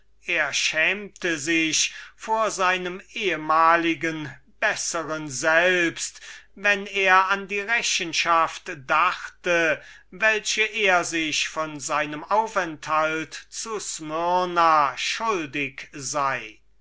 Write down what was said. er schämte sich vor seinem ehmaligen bessern selbst wenn er an die rechenschaft dachte welche er sich von seinem aufenthalt zu smyrna schuldig sei